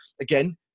again